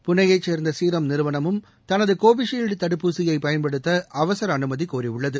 புனே யைச் சேர்ந்த சீரம் நிறுவனமும் தனது கோவிஷீல்டு தடுப்பூசியை பயன்படுத்த அவசர அனுமதி கோரியுள்ளது